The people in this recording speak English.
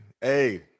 hey